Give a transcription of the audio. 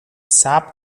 صبر